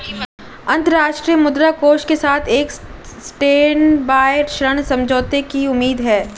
अंतर्राष्ट्रीय मुद्रा कोष के साथ एक स्टैंडबाय ऋण समझौते की उम्मीद है